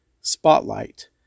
Spotlight